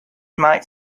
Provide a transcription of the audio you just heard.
might